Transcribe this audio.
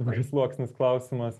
įvairiasluoksnis klausimas